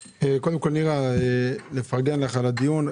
נירה, לפרגן לך על הדיון.